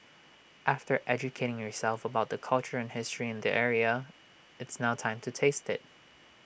after educating yourself about the culture and history in the area it's now time to taste IT